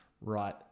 right